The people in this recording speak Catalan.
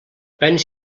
penes